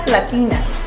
Latinas